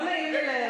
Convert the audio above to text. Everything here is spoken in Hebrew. לא נעים לי,